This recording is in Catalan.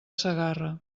segarra